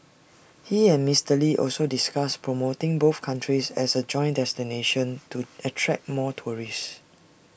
he and Mister lee also discussed promoting both countries as A joint destination to attract more tourists